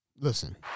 listen